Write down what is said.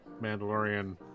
Mandalorian